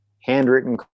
handwritten